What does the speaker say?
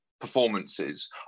performances